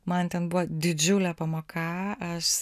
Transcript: man ten buvo didžiulė pamoka aš